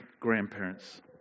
grandparents